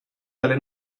dalle